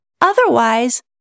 Otherwise